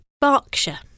Berkshire